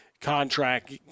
contract